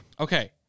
okay